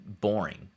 boring